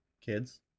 Kids